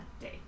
day